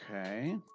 Okay